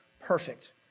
perfect